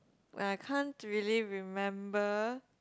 but I can't really remember